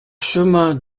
chemin